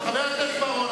חבר הכנסת בר-און,